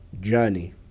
journey